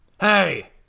hey